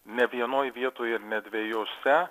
ne vienoj vietoj ir ne dvejose